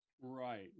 Right